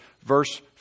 verse